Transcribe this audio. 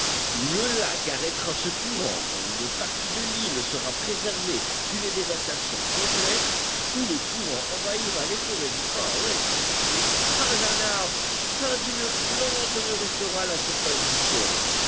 ou le lac arrêtera ce courant et une partie de l'île sera préservée d'une dévastation complète ou le courant envahira les forêts du far west et pas un arbre pas une plante ne restera à la surface du sol